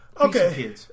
Okay